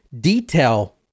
detail